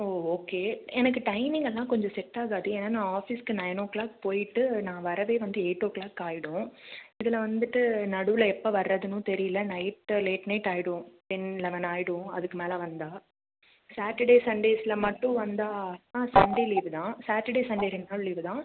ஓ okay எனக்கு டைமிங்கெல்லாம் கொஞ்சம் செட் ஆகாது ஏன்னா நான் ஆஃபீஸுக்கு நைன் ஓ க்ளாக் போய்விட்டு நான் வர்றதே வந்து எயிட் ஓ க்ளாக் ஆயிடும் இதில் வந்துவிட்டு நடுவில் எப்போ வர்றதுணும் தெரியல நைட்டு லேட் நைட் ஆயிடும் டென் லெவன் ஆயிடும் அதுக்கு மேலே வந்தால் சாட்டர்டே சண்டேஸில் மட்டும் வந்தால் ஆ சண்டே லீவு தான் சாட்டர்டே சண்டே ரெண்டு நாள் லீவு தான்